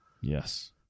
Yes